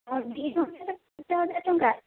ଦୁଇ ଜଣ ଯାକ ସାତ ହଜାର ଟଙ୍କା